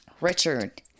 richard